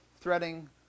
threading